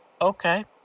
okay